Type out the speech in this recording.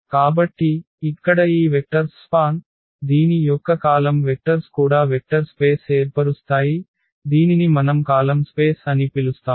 కాబట్టి ఇక్కడ ఈ వెక్టర్స్ స్పాన్ దీని యొక్క కాలమ్ వెక్టర్స్ కూడా వెక్టర్ స్పేస్ ఏర్పరుస్తాయి దీనిని మనం కాలమ్ స్పేస్ అని పిలుస్తాము